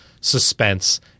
suspense